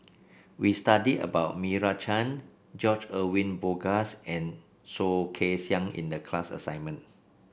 we studied about Meira Chand George Edwin Bogaars and Soh Kay Siang in the class assignment